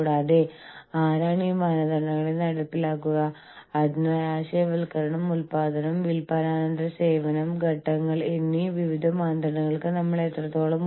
കൂടാതെ ലോകമെമ്പാടും വ്യത്യസ്ത രീതികളിൽ അറിവ് വികസിപ്പിക്കാനോ പ്രയോഗിക്കാനോ അവർക്ക് കഴിയുന്നു